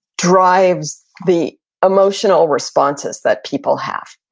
drives the emotional responses that people have?